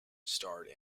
starred